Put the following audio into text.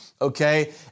okay